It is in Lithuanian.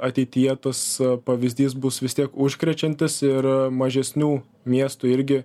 ateityje tas pavyzdys bus vis tiek užkrečiantis ir mažesnių miestų irgi